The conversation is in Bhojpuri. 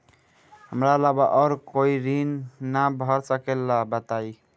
हमरा अलावा और कोई ऋण ना भर सकेला बताई?